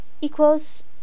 equals